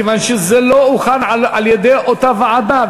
כיוון שזה לא הוכן על-ידי אותה ועדה,